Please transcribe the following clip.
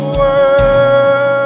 world